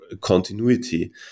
continuity